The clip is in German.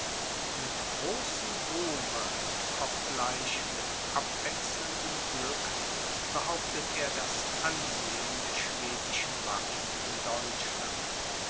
mit großem ruhme obgleich mit abwechselndem glück behauptete er das ansehen der schwedischen waffen in deutschland